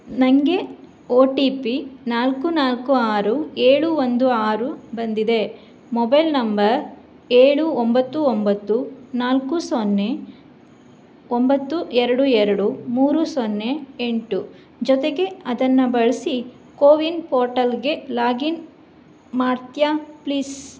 ನನ್ಗೆ O T P ನಾಲ್ಕು ನಾಲ್ಕು ಆರು ಏಳು ಒಂದು ಆರು ಬಂದಿದೆ ಮೊಬೈಲ್ ನಂಬರ್ ಏಳು ಒಂಬತ್ತು ಒಂಬತ್ತು ನಾಲ್ಕು ಸೊನ್ನೆ ಒಂಬತ್ತು ಎರಡು ಎರಡು ಮೂರು ಸೊನ್ನೆ ಎಂಟು ಜೊತೆಗೆ ಅದನ್ನು ಬಳಸಿ ಕೋವಿನ್ ಪೋರ್ಟಲಿಗೆ ಲಾಗಿನ್ ಮಾಡ್ತಿಯಾ ಪ್ಲೀಸ್